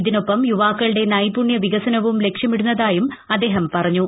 ഇതിനൊപ്പം യുവാക്കളുടെ നൈപുണ്യ വികസനവും ലക്ഷ്യമിടുന്നതായും അദ്ദേഹം പറഞ്ഞു